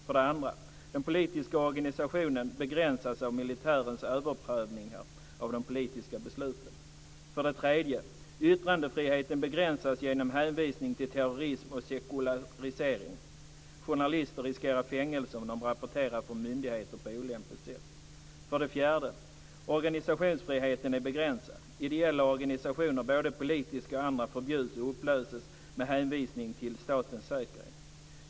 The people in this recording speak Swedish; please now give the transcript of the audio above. För det andra: Den politiska organisationen begränsas av militärens överprövningar av de politiska besluten. För det tredje: Yttrandefriheten begränsas genom hänvisning till terrorism och sekularisering. Journalister riskerar fängelse om de rapporterar från myndigheter på olämpligt sätt. För det fjärde: Organisationsfriheten är begränsad. Ideella organisationer, både politiska och andra, förbjuds och upplöses med hänvisning till statens säkerhet.